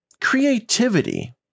Creativity